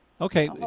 Okay